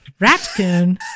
Ratcoon